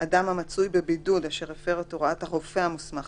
אדם המצוי בבידוד אשר הפר את הוראת הרופא המוסמך